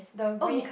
oh you